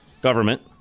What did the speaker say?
government